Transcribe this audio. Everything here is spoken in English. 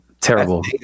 terrible